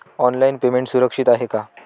Online payment सुरक्षित आहे का?